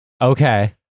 Okay